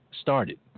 started